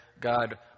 God